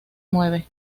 mueve